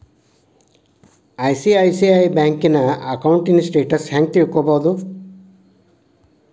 ICICI ಬ್ಯಂಕಿನ ಅಕೌಂಟಿನ್ status ಹೆಂಗ್ ತಿಳ್ಕೊಬೊದು?